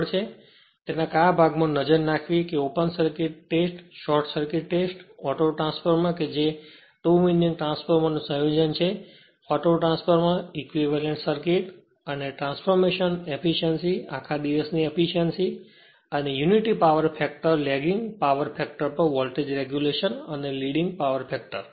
વસ્તુ કે કયા ભાગ માં નજર રાખવી જેમ કે open circuit test short circuit test auto transformer કે જે 2 વિન્ડિંગ ટ્રાન્સફોર્મર નું સંયોજન છે auto transformer equivalent circuit transformation efficiency આખા દિવસની એફીશ્યંસી અને unity power factor lagging power factor પર વોલ્ટેજ રેગ્યુલેશન અને લીડિંગ પાવર ફેક્ટર